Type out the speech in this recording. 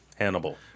hannibal